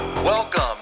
Welcome